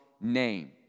name